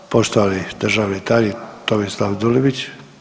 Poštovani državni tajnik Tomislav Dulibić.